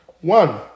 One